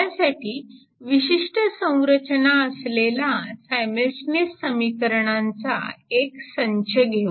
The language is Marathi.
त्यासाठी विशिष्ट संरचना असलेला सायमल्टिनिअस समीकरणांचा एक संच घेऊ